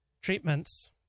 treatments